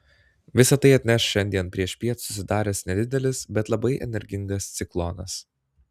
visa tai atneš šiandien priešpiet susidaręs nedidelis bet labai energingas ciklonas